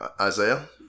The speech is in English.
Isaiah